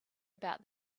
about